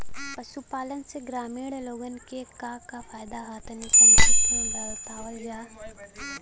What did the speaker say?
पशुपालन से ग्रामीण लोगन के का का फायदा ह तनि संक्षिप्त में बतावल जा?